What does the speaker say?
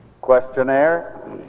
questionnaire